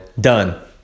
Done